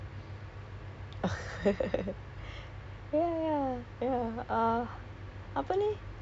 for my wedding big crowd I don't like crowd I don't